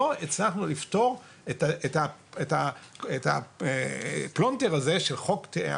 לא הצלחנו לפתור את הפלונטר הזה של חוק המים.